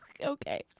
Okay